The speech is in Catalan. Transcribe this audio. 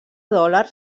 dòlars